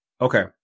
okay